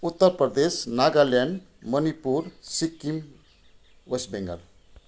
Uttar Pradesh Nagaland Manipur Sikkim West Bengal